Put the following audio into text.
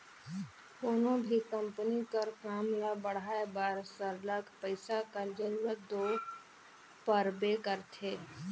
कोनो भी कंपनी कर काम ल बढ़ाए बर सरलग पइसा कर जरूरत दो परबे करथे